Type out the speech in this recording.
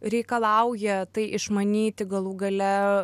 reikalauja tai išmanyti galų gale